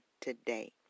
today